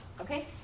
Okay